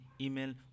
email